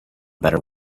better